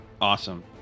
awesome